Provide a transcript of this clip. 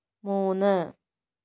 മൂന്ന്